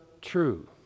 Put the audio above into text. true